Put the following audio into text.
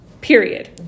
period